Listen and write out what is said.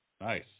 Nice